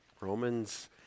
Romans